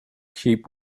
keep